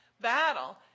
battle